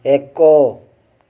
ଏକ